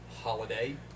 holiday